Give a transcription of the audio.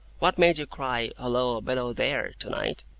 what made you cry, halloa! below there to-night?